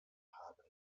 haben